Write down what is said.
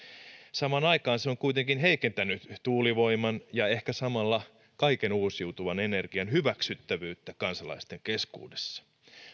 samaan aikaan se on kuitenkin heikentänyt tuulivoiman ja ehkä samalla kaiken uusiutuvan energian hyväksyttävyyttä kansalaisten keskuudessa